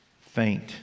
faint